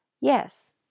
Yes